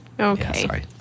Okay